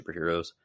superheroes